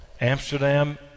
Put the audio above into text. Amsterdam